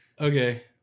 Okay